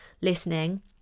listening